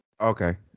Okay